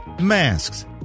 masks